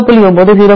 9 0